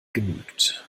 genügt